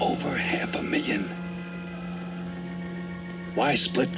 over half a million why split